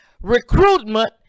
recruitment